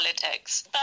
politics